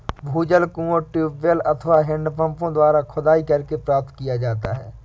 भूजल कुओं, ट्यूबवैल अथवा हैंडपम्पों द्वारा खुदाई करके प्राप्त किया जाता है